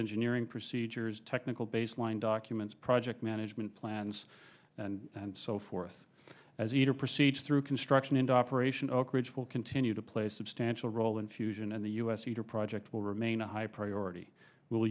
engineering procedures technical baseline documents project management plans and so forth as either proceeds through construction and operation oak ridge will continue to play substantial role in fusion in the us future project will remain a high priority w